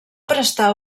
prestar